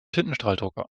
tintenstrahldrucker